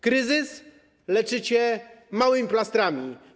Kryzys leczycie małymi plastrami.